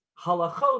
halachot